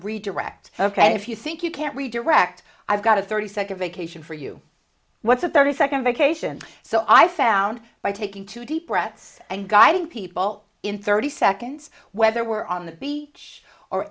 redirect ok if you think you can't redirect i've got a thirty second vacation for you what's a thirty second vacation so i found by taking two deep breaths and guiding people in thirty seconds whether we're on the beach or